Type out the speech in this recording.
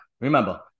Remember